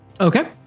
Okay